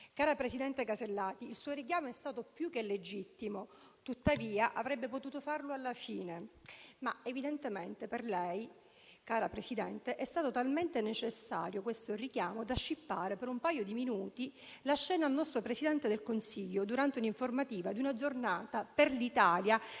Cara presidente Alberti Casellati, il suo richiamo è stato più che legittimo. Tuttavia, avrebbe potuto farlo alla fine, ma evidentemente per lei, cara Presidente, è stato talmente necessario, questo richiamo, da scippare per un paio di minuti la scena al nostro Presidente del Consiglio durante un'informativa di una giornata, per l'Italia,